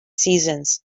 seasons